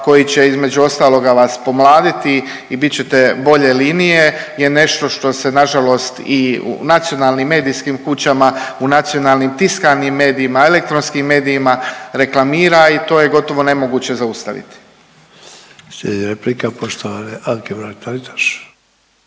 koji će između ostaloga vas i pomladiti i bit ćete bolje linije je nešto što se nažalost i u nacionalnim i medijskim kućama, u nacionalnim tiskanim medijima, elektronskim medijima reklamira i to je gotovo nemoguće zaustaviti. **Sanader, Ante (HDZ)** Slijedi replika poštovane Anke Mrak-Taritaš.